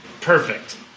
Perfect